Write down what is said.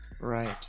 Right